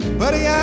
buddy